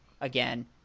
again